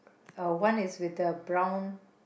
uh one is with the brown